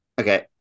Okay